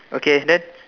okay then